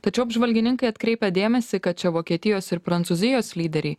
tačiau apžvalgininkai atkreipia dėmesį kad čia vokietijos ir prancūzijos lyderiai